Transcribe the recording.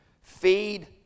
Feed